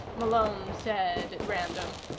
malone said at random.